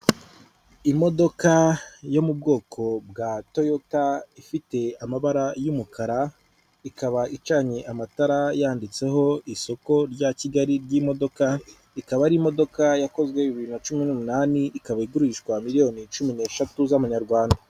Imodoka yo mu bwoko bwa toyota ifite amabara y'umukara ikaba icanye amatara yanditseho isoko rya Kigali ry'imodoka ikaba ari imodoka yakozwe bibiri na cumi n'umunani ikaba igurishwa miriyoni cumi n'eshatu z'amanyarwanda.